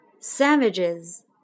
sandwiches